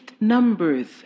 numbers